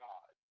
God